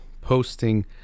posting